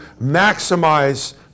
maximize